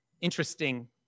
interesting